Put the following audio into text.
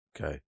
Okay